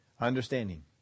Understanding